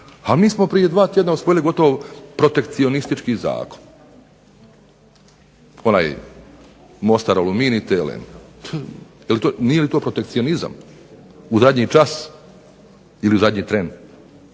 A mi smo prije dva tjedna usvojili gotovo protekcionistički zakon, onaj Mostar Aluminij, TLM. NIje li to protekcionizam, u zadnji čas ili zadnji tren